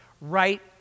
right